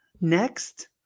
next